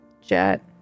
Jet